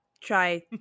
try